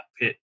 pit